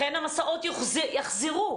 לכן המסעות יחזרו.